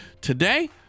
today